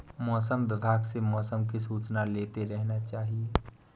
मौसम विभाग से मौसम की सूचना लेते रहना चाहिये?